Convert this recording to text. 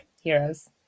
heroes